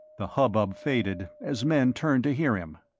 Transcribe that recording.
the hubbub faded, as men turned to hear him.